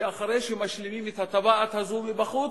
אחרי שמשלימים את הטבעת הזאת מבחוץ,